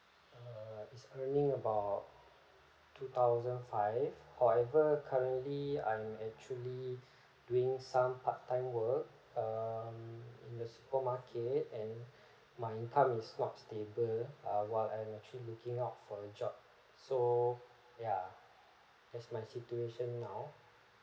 err is earning about two thousand five however currently I'm actually doing some part time work um in the supermarket and my income is not stable ah while I'm actually looking out for a job so ya that's my situation now